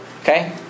okay